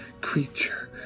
creature